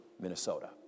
Minnesota